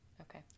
Okay